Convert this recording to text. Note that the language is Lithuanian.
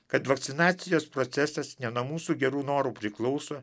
kad vakcinacijos procesas ne nuo mūsų gerų norų priklauso